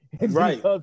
Right